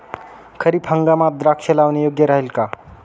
खरीप हंगामात द्राक्षे लावणे योग्य राहिल का?